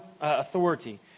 authority